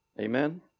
Amen